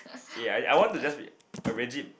eh I I want to just be arrange it